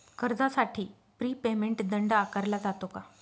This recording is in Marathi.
कर्जासाठी प्री पेमेंट दंड आकारला जातो का?